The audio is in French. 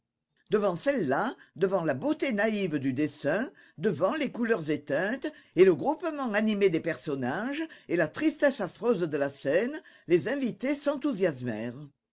devant celle-là devant la beauté naïve du dessin devant les couleurs éteintes et le groupement animé des personnages et la tristesse affreuse de la scène les invités